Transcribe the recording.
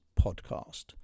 podcast